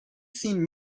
seen